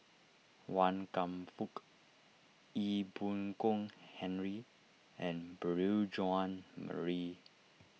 Wan Kam Fook Ee Boon Kong Henry and Beurel Jean Marie